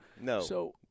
No